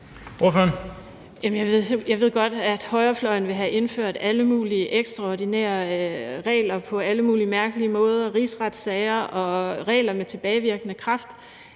Jeg ved godt, at højrefløjen vil have indført alle mulige ekstraordinære regler på alle mulige mærkelige måder – rigsretssager og regler med tilbagevirkende kraft.